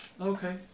Okay